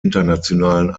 internationalen